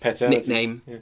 nickname